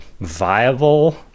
viable